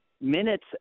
minutes